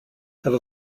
have